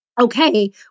okay